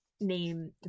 name